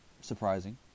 surprising